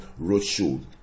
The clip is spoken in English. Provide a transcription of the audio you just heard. Roadshow